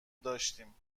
داشتیم